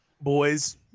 Boys